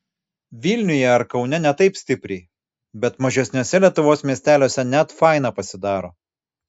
vilniuje ar kaune ne taip stipriai bet mažesniuose lietuvos miesteliuose net faina pasidaro